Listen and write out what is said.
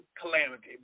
calamity